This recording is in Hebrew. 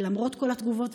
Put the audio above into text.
למרות כל התגובות,